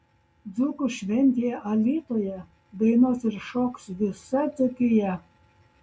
dzūkų šventėje alytuje dainuos ir šoks visa dzūkija